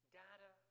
data